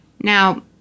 Now